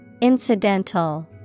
Incidental